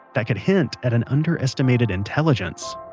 that could hint at an underestimated intelligence